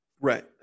Right